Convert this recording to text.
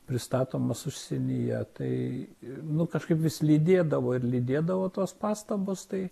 pristatomas užsienyje tai nu kažkaip vis lydėdavo ir lydėdavo tos pastabos tai